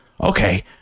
okay